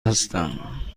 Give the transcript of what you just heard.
هستم